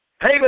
Hey